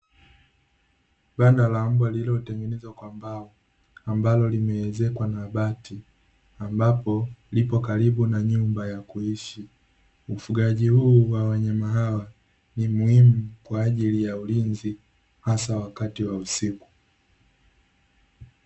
Banda la mbwa lililotengenezwa kwa mbao, ambalo limeezekwa na bati, ambapo lipo karibu na nyumba ya kuishi. Ufugaji huu wa wanyama hawa, ni muhimu kwa ajili ya ulinzi, hasa wakati wa usiku.